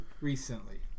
recently